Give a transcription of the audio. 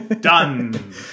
Done